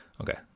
Okay